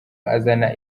azana